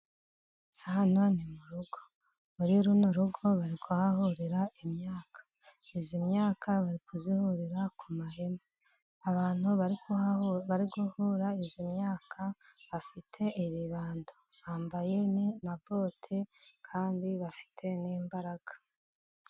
Aha ni mu rugo muri runo rugo bari kuhahuririra imyaka, iyi myaka bari kuyihurira ku mahema, abantu bari bari guhura iyi myaka bafite ibibando, bambaye na bote, kandi bafite n'imbaraga.